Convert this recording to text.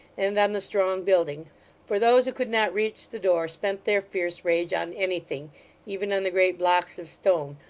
and on the strong building for those who could not reach the door, spent their fierce rage on anything even on the great blocks of stone,